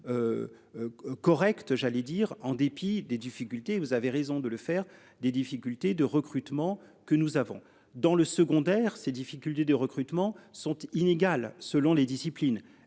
Correcte, j'allais dire, en dépit des difficultés, vous avez raison de le faire. Des difficultés de recrutement que nous avons dans le secondaire. Ces difficultés de recrutement sont inégales selon les disciplines.